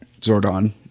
Zordon